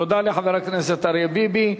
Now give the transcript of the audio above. תודה לחבר הכנסת אריה ביבי.